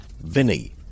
VINNY